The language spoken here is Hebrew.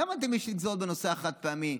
למה אתה משית גזרות בנושא החד-פעמי?